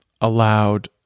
allowed